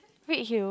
Redhill